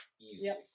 Easily